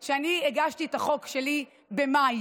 הגם", ממשיכה השרה ואומרת, "הגם שהמהלך נכון